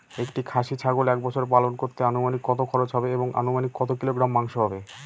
একটি খাসি ছাগল এক বছর পালন করতে অনুমানিক কত খরচ হবে এবং অনুমানিক কত কিলোগ্রাম মাংস হবে?